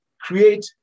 create